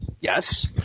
Yes